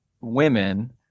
women